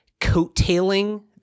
coattailing